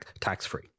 Tax-free